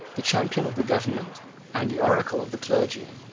the champion of the government and the oracle of the clergy,